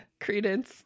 Credence